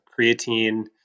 creatine